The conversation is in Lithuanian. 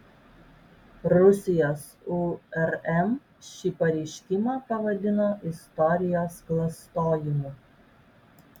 rusijos urm šį pareiškimą pavadino istorijos klastojimu